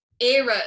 era